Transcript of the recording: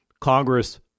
Congress